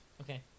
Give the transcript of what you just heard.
Okay